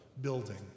building